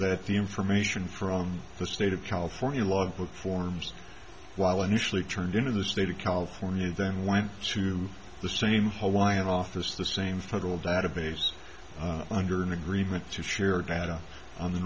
that the information from the state of california logbook forms while initially turned into the state of california then went to the same hole y and office the same federal database under an agreement to share data on the